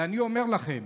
ואני אומר לכם,